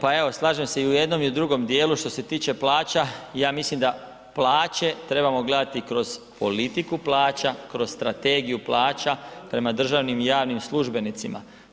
Pa evo, slažem se i u jednom i u drugom dijelu, što se tiče plaća ja mislim da plaće trebamo gledati kroz politiku plaća, kroz strategiju plaća prema državnim i javnim službenicima.